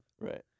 right